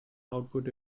output